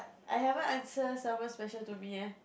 I haven't answer someone special to me leh